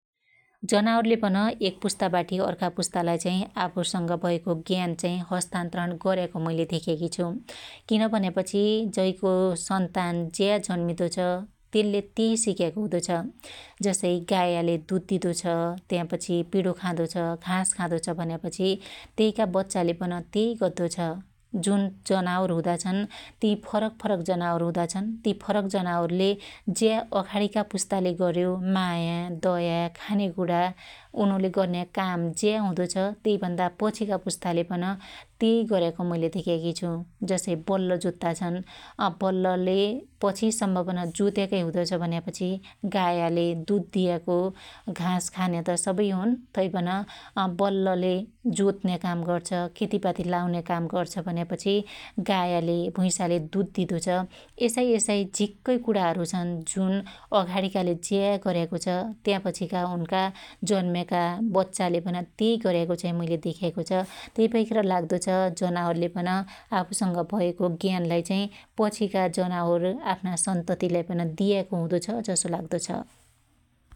जनावरले पन एक पुस्ताबाटी अर्का पुस्तालाई आफुसंग भएको ज्ञन हस्तान्तण गर्याको चाहि मुइले धेक्याकी छु । किन भन्यापछि जैको सन्तान ज्या जन्मिदो छ त्यल्ले त्यइ सिक्याको हुदो छ । जसै गायाले खुध दिदो छ त्यापछि पिडो खादो छ घास खादो छ भन्यापछि त्यईका बच्चाले पन त्यइ गद्दो छ । जुन जनावर हुदा छन ती फरक फरक जनावर हुदाछन् ति फरक जनावरले ज्या अघाणीका पुस्ताले गर्यो माया दया उनुले गर्न्या काम ज्या हुदो छ त्यइ भन्दा पछिका पुस्ताले पन त्यइ गर्याको मुईले धेक्याकी छु । जसै बल्ल जोत्ताछन बल्लले पछिसम्म पन ज्त्याकै हुदोछ भन्यापछि गायाले दुध दियाको घास खान्या त सबै हुन तैपन बल्लले जोत्न्या काम गर्छ खेतीपाती लाउन्या काम गर्छ भन्यापछि गायाले भैसाले दुध दिदो छ । यसाई यसाई झिक्कै कुणाहरु छन् अघाणीकाले ज्या गर्याको छ त्या पछिका उनका जन्म्याका बच्चा बच्चाले पन त्यई गर्याको चाई मुइले देख्याको छ । त्यइ भैखेर लाग्दो छ जनावरले पन आफुसंग भयाको ज्ञानलाई चाहि पछिका जनावर आफ्ना सन्ततीलाई पन दियाको हुदो छ जसो लाग्दो छ ।